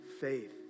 faith